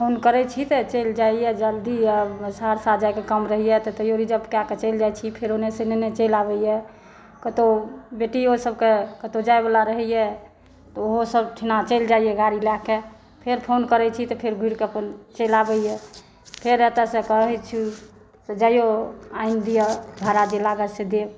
phone करै छी तऽ चलि जाइया जल्दी सहरसा जायके काम रहैया तऽ तैयो रिज़र्व कए कऽ चलि जाइ छी फेर ओन्नेसँ नेने चलि आबैया कतौ बेटियो सबकेँ कतौ जायवला रहैया तऽ ओहोसब ठना चलि जाइया गाड़ी लए कऽ फेर फोन करै छी तऽ फेर घुरि कऽ अपन चलि आबैया फेर एतयसँ कहै छी जाइऔ आनि दिऔ भाड़ा जे लागत से देब